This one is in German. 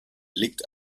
liegt